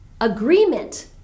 agreement